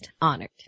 Honored